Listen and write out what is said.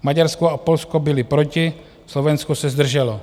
Maďarsko a Polsko byly proti, Slovensko se zdrželo.